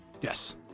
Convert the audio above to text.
Yes